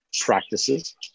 practices